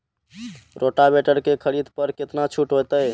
Rotavator के खरीद पर केतना छूट होते?